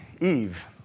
Eve